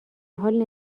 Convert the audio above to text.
حال